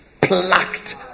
plucked